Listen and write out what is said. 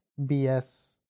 BS